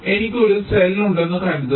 എനിക്ക് ഒരു സെൽ ഉണ്ടെന്ന് കരുതുക